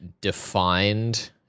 defined